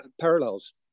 parallels